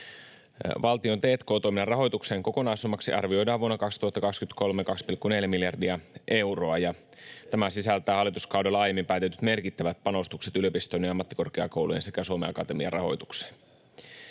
Valtion t&k-toiminnan rahoituksen kokonaissummaksi arvioidaan 2,4 miljardia euroa vuonna 2023, ja tämä sisältää hallituskaudella aiemmin päätetyt merkittävät panostukset yliopistojen ja ammattikorkeakoulujen sekä Suomen Akatemian rahoitukseen.